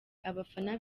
abafana